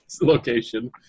location